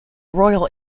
royal